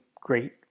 great